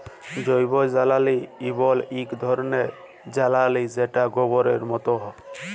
জৈবজ্বালালি এমল এক ধরলের জ্বালালিযেটা গবরের মত